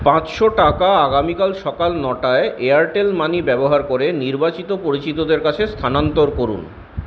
পাঁচশো টাকা আগামীকাল সকাল ন টায় এয়ারটেল মানি ব্যবহার করে নির্বাচিত পরিচিতদের কাছে স্থানান্তর করুন